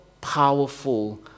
powerful